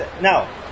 Now